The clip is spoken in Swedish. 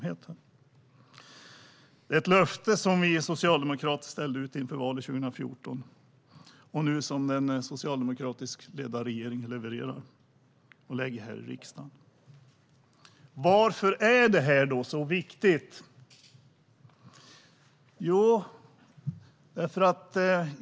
Det är ett löfte som vi socialdemokrater ställde ut inför valet 2014 och som nu den socialdemokratiskt ledda regeringen levererar och lägger fram här i riksdagen. Varför är detta så viktigt?